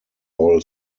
all